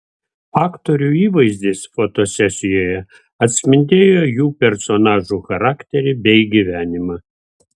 aktorių įvaizdis fotosesijoje atspindėjo jų personažų charakterį bei gyvenimą